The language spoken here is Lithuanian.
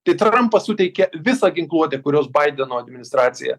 tai trampas suteikia visą ginkluotę kurios baideno administracija